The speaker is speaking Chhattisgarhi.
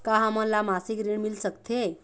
का हमन ला मासिक ऋण मिल सकथे?